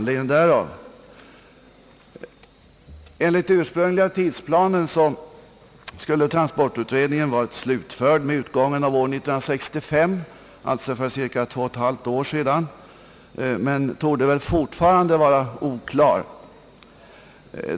Enligt den ursprungliga tidsplanen skulle transportutredningen ha varit slutförd med utgången av år 1965, alltså för cirka 21/2 år sedan. Den torde dock fortfarande inte vara klar.